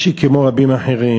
יש לי, כמו לרבים אחרים,